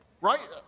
Right